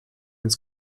ins